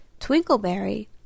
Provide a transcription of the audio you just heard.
Twinkleberry